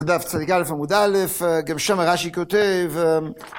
דף צא עמוד א, גם שמה רשי כותב...